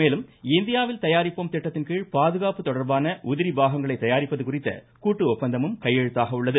மேலும் இந்தியாவில் தயாரிப்போம் திட்டத்தின்கீழ் பாதுகாப்பு தொடர்பான உதிரி பாகங்களை தயாரிப்பது குறித்த கூட்டு ஒப்பந்தமும் கையெழுத்தாக உள்ளது